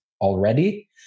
already